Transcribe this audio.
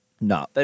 No